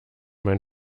mein